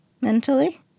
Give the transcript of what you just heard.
Mentally